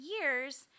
years